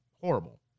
horrible